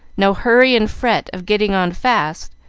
no hurry and fret of getting on fast,